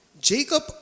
Jacob